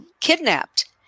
kidnapped